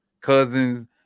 Cousins